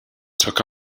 took